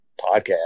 podcast